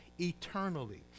eternally